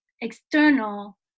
external